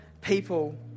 people